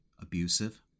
abusive